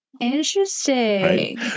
Interesting